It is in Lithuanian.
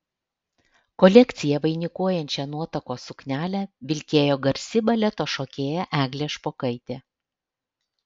kolekciją vainikuojančią nuotakos suknelę vilkėjo garsi baleto šokėja eglė špokaitė